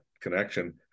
connection